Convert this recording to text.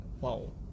wow